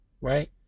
Right